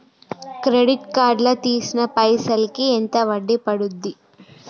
Credit card లా తీసిన పైసల్ కి ఎంత వడ్డీ పండుద్ధి?